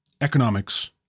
economics